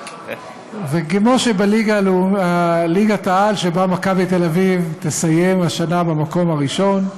כמו שבליגת-העל שבה "מכבי תל-אביב" תסיים השנה במקום הראשון,